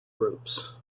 groups